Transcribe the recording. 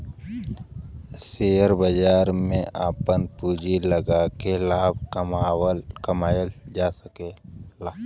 share बाजार में आपन पूँजी लगाके लाभ कमावल जा सकला